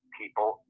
people